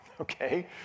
Okay